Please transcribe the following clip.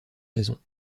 raisons